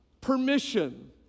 permission